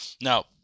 Now